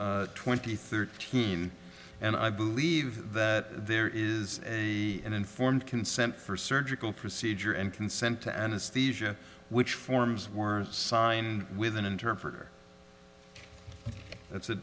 twenty thirteen and i believe that there is a an informed consent for surgical procedure and consent to anesthesia which forms were signed with an interpreter that's